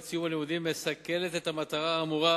סיום הלימודים מסכנת את המטרה האמורה,